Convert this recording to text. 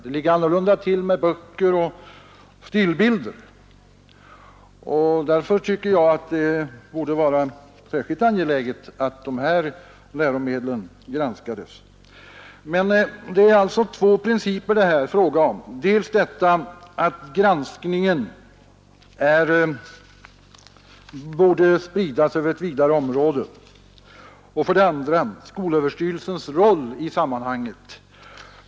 Det ligger annorlunda till med böcker och stillbilder. Därför tycker jag att det borde vara särskilt angeläget att de här läromedlen granskades. Det är alltså två principer det här är fråga om, dels att granskningen borde spridas över ett vidare område, dels vilken roll skolöverstyrelsen har i sammanhanget.